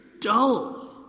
dull